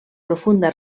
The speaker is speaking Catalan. profunda